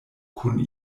kun